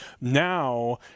Now